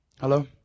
Hello